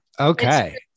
okay